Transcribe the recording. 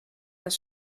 das